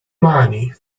money